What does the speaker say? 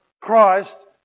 Christ